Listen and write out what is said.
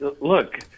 Look